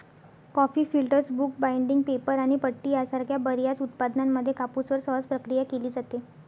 coffee filters, book binding, paper आणि पट्टी यासारख्या बर्याच उत्पादनांमध्ये कापूसवर सहज प्रक्रिया केली जाते